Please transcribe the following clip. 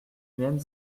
même